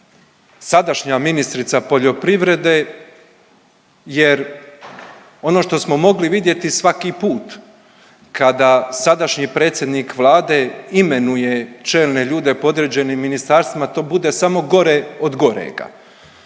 sadašnja ministrica poljoprivrede jer ono što smo mogli vidjeti svaki put kada sadašnji predsjednik Vlade imenuje čelne ljude po određenim ministarstvima to bude samo gore od gorega,